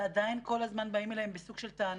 ועדיין כל הזמן באים אליהם בסוג של טענות.